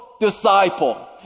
disciple